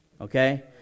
okay